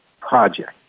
project